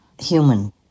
human